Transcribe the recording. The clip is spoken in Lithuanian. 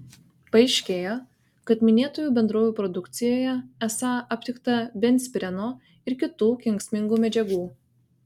paaiškėjo kad minėtųjų bendrovių produkcijoje esą aptikta benzpireno ir kitų kenksmingų medžiagų